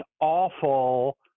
awful